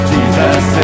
Jesus